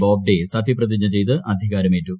ബോബ്ഡെ സത്യപ്രതിജ്ഞ ചെയ്ത് അധികാരമേറ്റു